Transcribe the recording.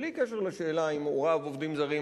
בלי קשר לשאלה אם הוריו עובדים זרים,